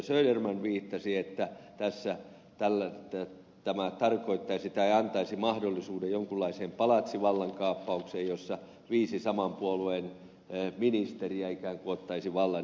söderman viittasi että tämä tarkoittaisi tai antaisi mahdollisuuden jonkunlaiseen palatsivallankaappaukseen jossa viisi saman puolueen ministeriä ikään kuin ottaisi vallan